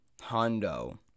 Hondo